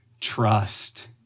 trust